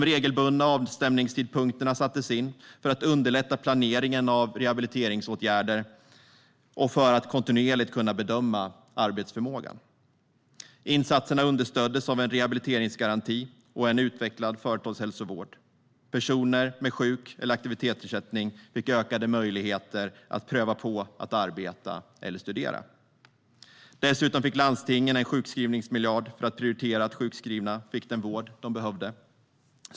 Regelbundna avstämningstidpunkter sattes in för att underlätta planeringen av rehabiliteringsåtgärder och för att man kontinuerligt skulle kunna bedöma arbetsförmågan. Insatserna understöddes av en rehabiliteringsgaranti och en utvecklad företagshälsovård. Personer med sjuk eller aktivitetsersättning fick ökade möjligheter att pröva på att arbeta eller studera. Dessutom fick landstingen en sjukskrivningsmiljard för att prioritera att sjukskrivna fick den vård de behövde.